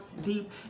deep